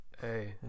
Hey